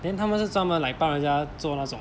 then 他们是专门 like 帮人家做那种